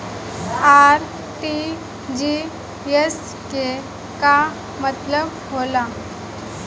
RTGS के का मतलब होला?